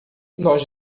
nós